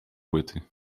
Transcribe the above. płyty